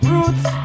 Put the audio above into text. Roots